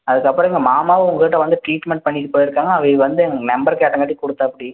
அதற்கப்பறோம் எங்கள் மாமாவும் உங்கள்கிட்ட வந்து ட்ரீட்மென்ட் பண்ணிக்கிட்ட போயிருக்காங்க அவே வந்து நம்பர் கேட்டங்காட்டி கொடுத்தாப்டி